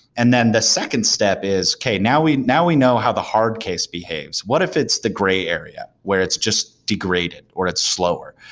and then the second step is, okay. now we now we know how the hard case behaves. behaves. what if it's the gray area, where it's just degraded or it's slower?